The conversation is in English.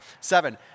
Seven